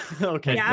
Okay